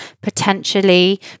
potentially